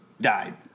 died